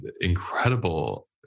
incredible